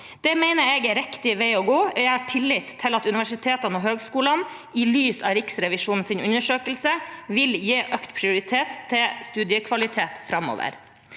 Det mener jeg er riktig vei å gå, og jeg har tillit til at universitetene og høyskolene i lys av Riksrevisjonens undersøkelse vil gi økt prioritet til studiekvalitet framover.